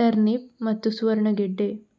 turnip ಮತ್ತು ಸುವರ್ಣಗೆಡ್ಡೆ